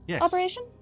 Operation